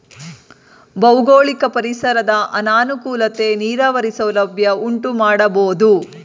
ಭೌಗೋಳಿಕ ಪರಿಸರದ ಅನಾನುಕೂಲತೆ ನೀರಾವರಿ ಸೌಲಭ್ಯ ಉಂಟುಮಾಡಬೋದು